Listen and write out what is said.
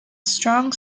strong